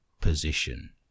position